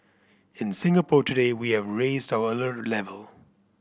in Singapore today we have raised our alert level